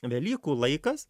velykų laikas